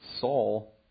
Saul